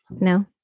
no